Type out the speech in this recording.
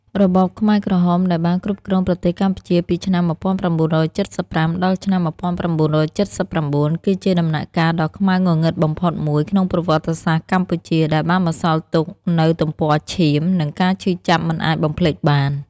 របបខ្មែរក្រហមដែលបានគ្រប់គ្រងប្រទេសកម្ពុជាពីឆ្នាំ១៩៧៥ ដល់ឆ្នាំ១៩៧៩ គឺជាដំណាក់កាលដ៏ខ្មៅងងឹតបំផុតមួយក្នុងប្រវត្តិសាស្ត្រកម្ពុជា ដែលបានបន្សល់ទុកនូវទំព័រឈាម និងការឈឺចាប់មិនអាចបំភ្លេចបាន។